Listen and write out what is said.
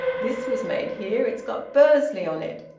this was made here. it's got bursley on it.